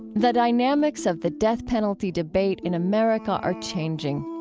the dynamics of the death penalty debate in america are changing.